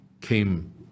came